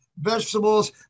vegetables